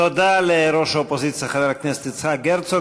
תודה לראש האופוזיציה חבר הכנסת יצחק הרצוג.